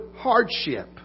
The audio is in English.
hardship